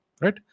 right